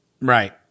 Right